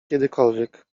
kiedykolwiek